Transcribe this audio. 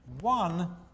one